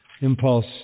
impulse